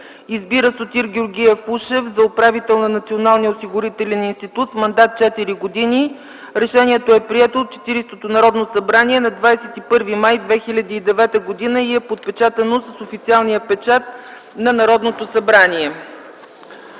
Избира Сотир Георгиев Ушев за управител на Националния осигурителен институт с мандат 4 години”. Решението е прието от Четиридесетото Народно събрание на 21 май 2009 г. и е подпечатано с официалния печат на Народното събрание.